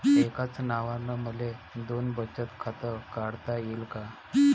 एकाच नावानं मले दोन बचत खातं काढता येईन का?